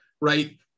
right